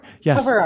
yes